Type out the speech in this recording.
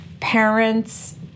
parents